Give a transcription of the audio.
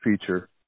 feature